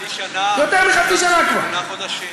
חצי שנה, שמונה חודשים.